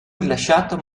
rilasciato